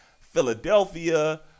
Philadelphia